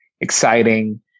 exciting